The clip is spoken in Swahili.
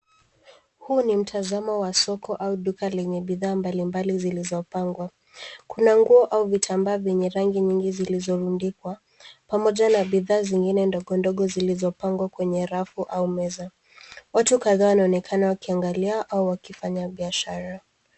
Huu ni mtazamo wa soko au duka lenye bidhaa mbalimbali zilizopangwa. Kuna nguo au vitambaa venye rangi nyingi zilizorundikwa pamoja na bidhaa zingine ndogo, ngogo zilizopangwa kwenye rafu au meza. Watu kadhaa wanaonekana wakiangalia au wakifanya biashara.